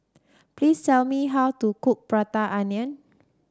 please tell me how to cook Prata Onion